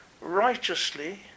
Righteously